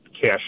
cash